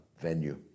venue